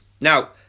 now